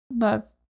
love